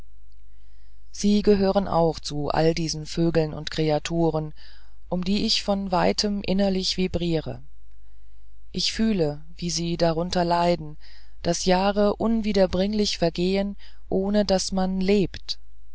sie gehören auch zu all diesen vögeln und kreaturen um die ich von weitem innerlich vibriere ich fühle wie sie darunter leiden daß jahre unwiederbringlich vergehen ohne daß man lebt